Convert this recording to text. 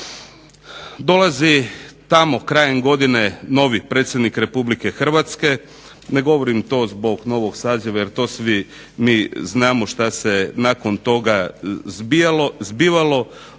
dolazi tamo krajem godine novi predsjednik RH, ne govorim to zbog novog saziva jer to svi mi znamo što se nakon toga zbivalo,